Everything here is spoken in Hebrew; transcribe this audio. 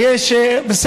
אני באמת מודאגת.